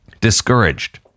discouraged